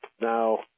Now